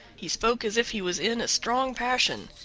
he spoke as if he was in a strong passion.